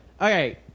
okay